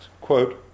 quote